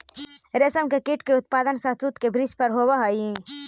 रेशम के कीट के उत्पादन शहतूत के वृक्ष पर होवऽ हई